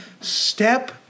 Step